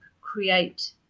create